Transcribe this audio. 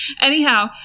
Anyhow